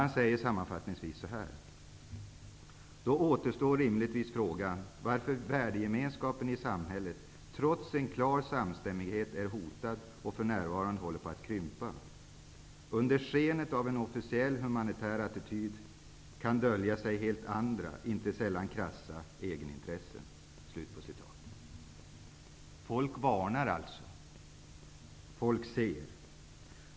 Han säger sammanfattningsvis: Då återstår rimligtvis frågan varför värdegemenskapen i samhället, trots en klar samstämmighet, är hotad och för närvarande håller på att krympa. Under skenet av en officiell humanitär attityd kan dölja sig helt andra inte sällan krassa egenintressen. Folk varnar alltså, folk ser.